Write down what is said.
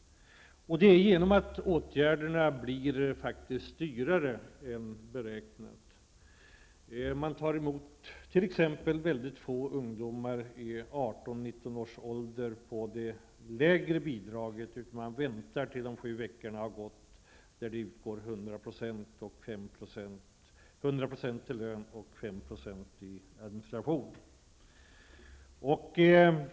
Åtgärderna blir faktiskt dyrare än beräknat. Man tar t.ex. emot väldigt få ungdomar i 18--19 års ålder med det lägre bidraget. Man väntar tills de sju veckor har gått då det utgår 100 % i lön och 5 % i administration.